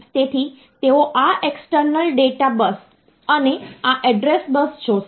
તેથી તેઓ આ એક્સટર્નલ ડેટા બસ અને આ એડ્રેસ બસ જોશે